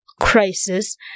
crisis